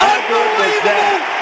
Unbelievable